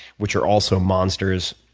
which are also monsters.